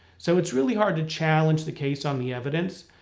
so it's really hard to challenge the case on the evidence.